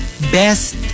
best